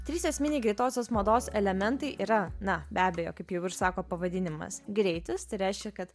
trys esminiai greitosios mados elementai yra na be abejo kaip jau ir sako pavadinimas greitis reiškia kad